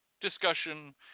discussion